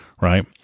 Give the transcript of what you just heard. right